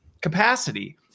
capacity